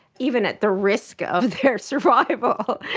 even at the risk of their survival,